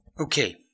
Okay